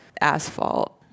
asphalt